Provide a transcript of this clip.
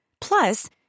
Plus